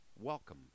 welcome